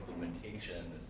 implementation